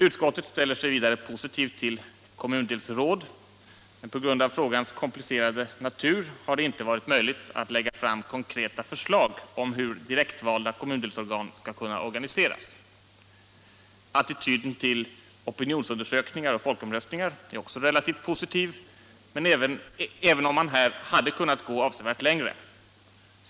Utskottet ställer sig vidare positivt till kommundelsråd, men på grund av frågans komplicerade natur har det inte varit möjligt att lägga fram konkreta förslag om hur direktvalda kommundelsorgan skall kunna organiseras. Attityden till opinionsundersökningar och folkomröstningar är också relativt positiv, även om man här hade kunnat gå avsevärt längre.